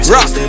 Rock